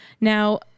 Now